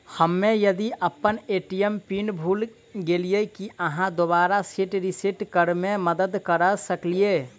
हम्मे यदि अप्पन ए.टी.एम पिन भूल गेलियै, की अहाँ दोबारा सेट रिसेट करैमे मदद करऽ सकलिये?